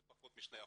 זה פחות מ-2%.